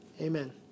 amen